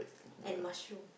and mushroom